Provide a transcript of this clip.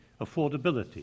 affordability